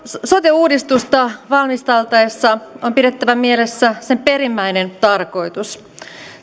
sote uudistusta valmisteltaessa on pidettävä mielessä sen perimmäinen tarkoitus